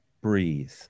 breathe